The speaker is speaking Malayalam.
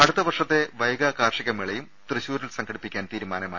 അടുത്തവർഷത്തെ വൈഗ കാർഷികമേളയും തൃശൂരിൽ സംഘടിപ്പിക്കാൻ തീരുമാനമായി